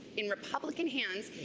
in republican hands.